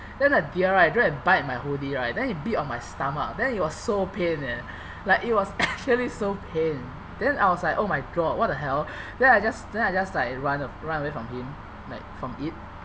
then the deer right go and bite my hoodie right then it bit on my stomach then it was so pain and like it was feel it so pain then I was like oh my god what the hell then I just then I just like run a~ run away from him like from it